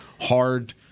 hard –